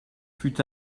fut